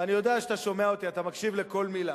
ואני יודע שאתה שומע אותי, אתה מקשיב לכל מלה,